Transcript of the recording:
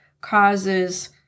causes